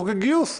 בחוק הגיוס,